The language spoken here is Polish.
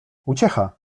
uciecha